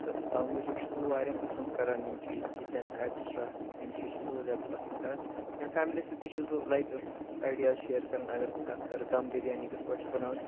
تہٕ تَو موجوٗب چھُس بہٕ واریاہ پَسَنٛد کَران یِم چیٖز کِچَن ایٹ سٕٹرا یِم چیٖز چھُس بہٕ زیادٕ پَسَنٛد کَران اینٛڈ فیملی سۭتۍ تہِ چھُس بہٕ لایِک آیڈِیاز شیر کَران اگر بہٕ کَتھ کَرٕ دَم بِریانی کِتھ پٲٹھۍ چھ بِناوٕنۍ